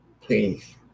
please